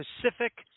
Pacific